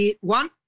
one